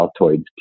Altoids